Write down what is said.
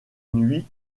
nuit